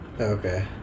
Okay